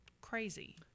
crazy